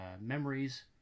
memories